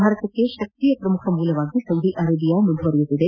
ಭಾರತಕ್ಕೆ ಶಕ್ತಿಯ ಪ್ರಮುಖ ಮೂಲವಾಗಿ ಸೌದಿ ಅರೇಬಿಯಾ ಮುಂದುವರಿದಿದೆ